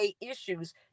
issues